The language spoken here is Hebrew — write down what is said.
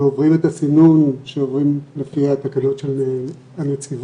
הם עוברים את הסינון שעוברים לפי התקנות של הנציבות,